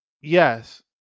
yes